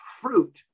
fruit